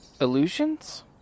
Illusions